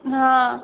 हँ